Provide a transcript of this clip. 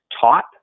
taught